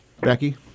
becky